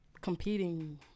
competing